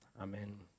amen